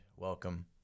Welcome